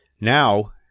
Now